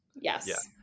yes